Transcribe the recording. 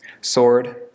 Sword